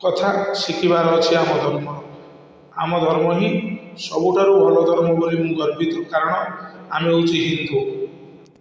କଥା ଶିଖିବାର ଅଛି ଆମ ଧର୍ମ ଆମ ଧର୍ମ ହିଁ ସବୁଠାରୁ ଭଲ ଧର୍ମ ବୋଲି ମୁଁ ଗର୍ବିତ କାରଣ ଆମେ ହେଉଛୁ ହିନ୍ଦୁ